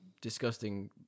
disgusting